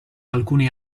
alcuni